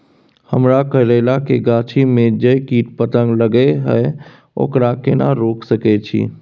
हमरा करैला के गाछी में जै कीट पतंग लगे हैं ओकरा केना रोक सके छी?